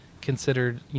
considered